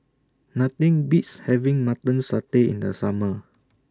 Nothing Beats having Mutton Satay in The Summer